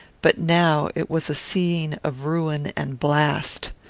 but now it was a scene of ruin and blast.